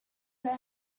that